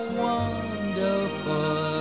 wonderful